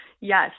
yes